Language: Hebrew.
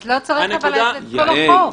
אז לא צריך את כל החוק.